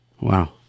Wow